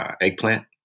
eggplant